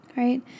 right